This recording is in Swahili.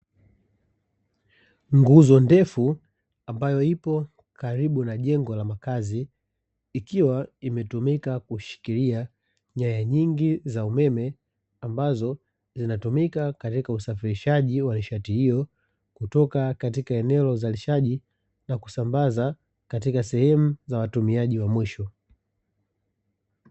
Nguzo ndefu ambayo ipo karibu na jengo la makazi ikiwa imetumika kushikilia nyaya nyingi za umeme ambazo zinatumika katika usafirishaji wa nishati hiyo, kutoka katika eneo la uzalishaji na kusambaza katika sehemu za watumiaji wa mwisho.